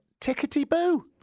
Tickety-boo